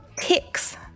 ticks